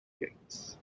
gates